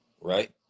right